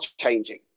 changing